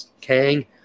Kang